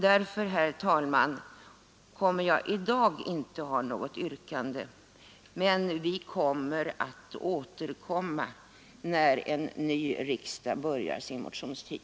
Därför, herr talman, har jag i dag inte något yrkande, men vi ämnar återkomma när en ny riksdag börjar sin motionstid.